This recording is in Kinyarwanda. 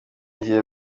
gihe